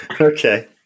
okay